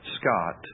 Scott